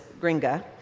gringa